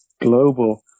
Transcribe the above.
global